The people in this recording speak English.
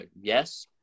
Yes